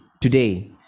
today